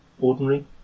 ordinary